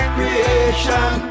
Creation